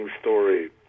story